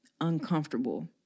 uncomfortable